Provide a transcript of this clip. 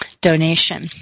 donation